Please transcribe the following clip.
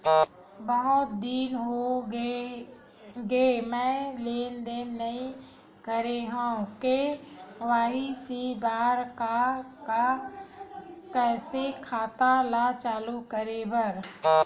बहुत दिन हो गए मैं लेनदेन नई करे हाव के.वाई.सी बर का का कइसे खाता ला चालू करेबर?